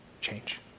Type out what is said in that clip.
change